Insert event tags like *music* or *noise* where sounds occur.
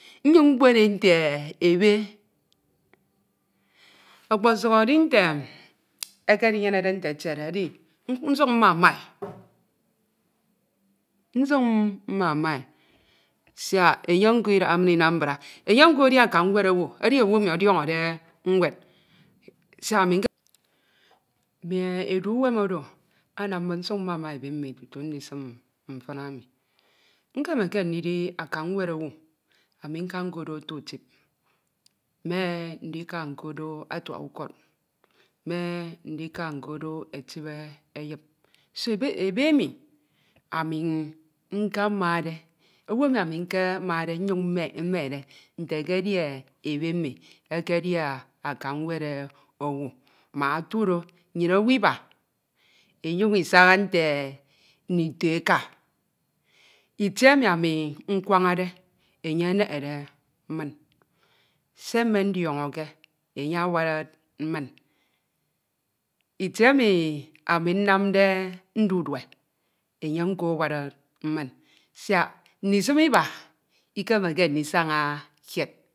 Mkpono e nte mbe ekpọsuk edi nte ekedinjenede nte etiede ech nsuk nmammae, *noise* nsuk mmammae, siak enye nko idakha min inam mbra. Eiye nko edi aka n̄wed, *hesitation* édi owu emi ọdiọn̄ọde nwed siak aminke, mmie edu wuem oro anam min nsuk mmama ebe mmi tutu edisim mtin emi, okemeke ndidi aka n̄wed owu ami nka n̄kodo ata utip me ndika nkodo atuak ukod me ndika nkodo etip eyip se ebe emi ami nkamade ayun̄ mmek mmekde nte ke edi ebe mmi ekedi aka n̄wed owu mak ọtudo nnyin owu iba inyun isana nte nchido eka, itie emi ami mewan̄ade, enye enen̄ere min se mme n̄dion̄ọke enye nko awud nsin. Siak ndisime iba ikemeke ndisan̄a kied.